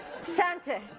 Santa